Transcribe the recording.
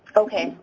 okay.